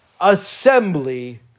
assembly